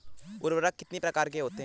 उर्वरक कितनी प्रकार के होता हैं?